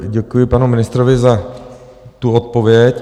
Děkuji panu ministrovi za tu odpověď.